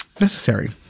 necessary